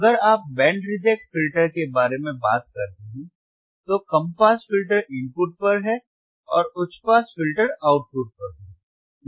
अगर आप band reject filter के बारे में बात करते हैं तो कम पास फिल्टर इनपुट पर है और उच्च पास फिल्टर आउटपुट पर है